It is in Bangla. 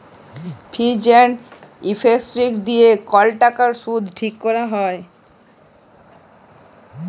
ফিজ এল্ড ইফেক্টিভ দিঁয়ে কল টাকার সুদ ঠিক ক্যরা হ্যয়